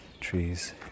trees